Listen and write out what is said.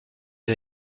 der